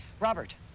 robert.